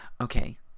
Okay